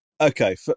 Okay